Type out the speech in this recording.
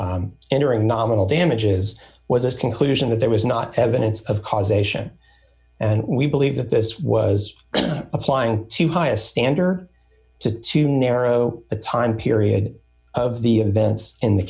entering nominal damages was a conclusion that there was not evidence of causation and we believe that this was applying too high a standard to too narrow a time period of the events in the